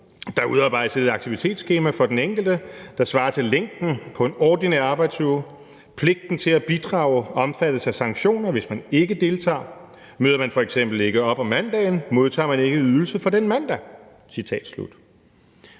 Der udarbejdes et aktivitetsskema for den enkelte, der svarer til længden på en ordinær arbejdsuge. Pligten til at bidrage omfattes af sanktioner, hvis man ikke deltager. Møder man f.eks. ikke op om mandagen, modtager man ikke ydelse for den mandag.«